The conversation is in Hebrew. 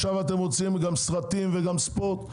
עכשיו אתם רוצים גם סרטים וגם ספורט.